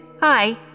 Hi